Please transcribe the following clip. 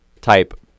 type